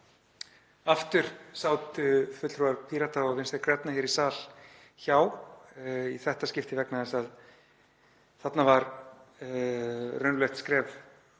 Aftur sátu fulltrúar Pírata og Vinstri grænna hér í sal hjá í þetta skiptið vegna þess að þarna var raunverulegt skref